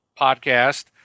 podcast